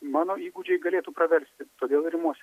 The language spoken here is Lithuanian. mano įgūdžiai galėtų praversti todėl ir imuosi